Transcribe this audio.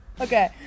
Okay